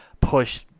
push